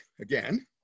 again